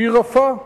היא רפה.